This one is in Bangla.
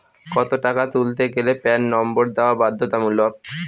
কত টাকা তুলতে গেলে প্যান নম্বর দেওয়া বাধ্যতামূলক?